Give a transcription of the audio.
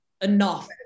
enough